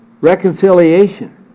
reconciliation